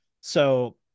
So-